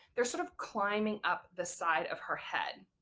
their sort of climbing up the side of her head.